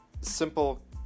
simple